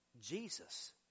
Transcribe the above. jesus